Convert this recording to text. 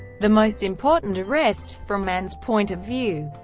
the most important arrest, from anne's point of view,